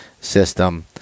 system